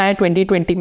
2020